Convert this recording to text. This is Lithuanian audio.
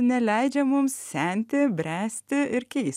neleidžia mums senti bręsti ir keis